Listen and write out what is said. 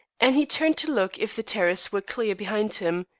and he turned to look if the terrace were clear behind him.